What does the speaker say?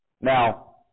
Now